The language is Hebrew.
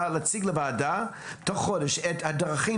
הממשלה להציג לוועדה תוך חודש את הדרכים